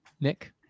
Nick